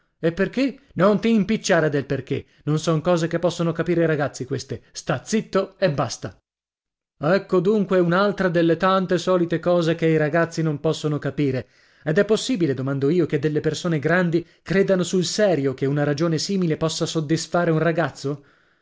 e perché non ti impicciare del perché non son cose che possono capire i ragazzi queste sta zitto e basta ecco dunque un'altra delle tante solite cose che i ragazzi non possono capire ed è possibile domando io che delle persone grandi credano sul serio che una ragione simile possa soddisfare un ragazzo